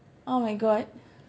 oh my god